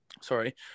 sorry